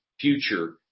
future